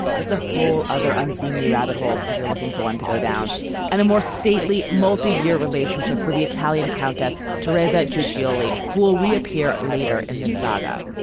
that's a whole other unseemly rabbit hole. if you're looking for one to go down and a more stately multi year relationship with the italian countess teresa giudice, ah who will reappear later in this saga.